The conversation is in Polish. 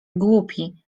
głupi